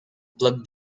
plug